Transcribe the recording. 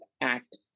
act